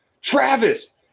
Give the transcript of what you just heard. Travis